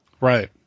Right